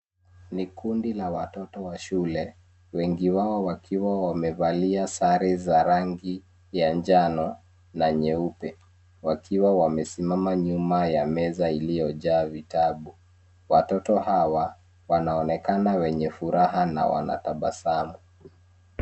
Ni kundi la watoto wa shule, wengi wao wakiwa wamevalia sare za rangi ya njano na nyeupe wakiwa wamesimama nyuma ya meza iliyojaa vitabu. Watoto hawa wanaonekana wenye furaha na wanatabasamu.